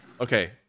Okay